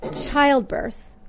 childbirth